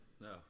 no